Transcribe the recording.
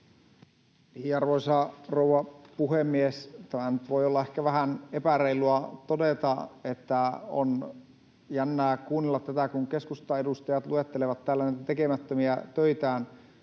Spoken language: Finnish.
Arvoisa rouva puhemies! Tämähän nyt voi olla ehkä vähän epäreilua todeta, että on jännää kuunnella tätä, kun keskustan edustajat luettelevat täällä tekemättömiä töitään.